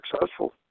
successful